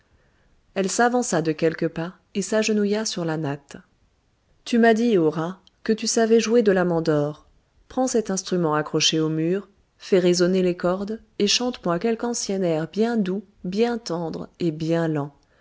elle s'avança de quelques pas et s'agenouilla sur la natte tu m'as dit hora que tu savais jouer de la mandore prends cet instrument accroché au mur fais résonner les cordes et chante moi quelque ancien air bien doux bien tendre et bien lent le